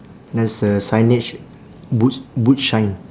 there's a signage boot boot shine